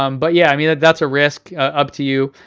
um but yeah i mean like that's a risk up to you.